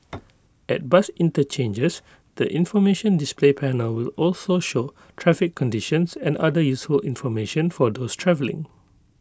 at bus interchanges the information display panel will also show traffic conditions and other useful information for those travelling